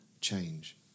change